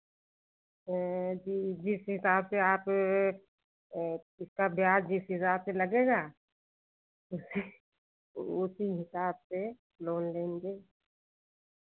जी जिस हिसाब से आप इसका ब्याज जिस हिसाब से लगेगा उसी उ उसी हिसाब से लोन लेंगे